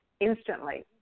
instantly